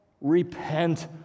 repent